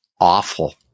awful